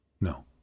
No